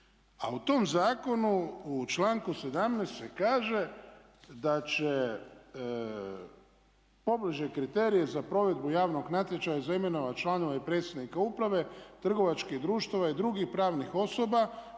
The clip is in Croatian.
A u tom zakonu u članku 17. se kaže da će pobliže kriterije za provedbu javnog natječaja za imenovat članove i predsjednika uprave trgovačkih društava i drugih pravnih osoba